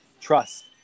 trust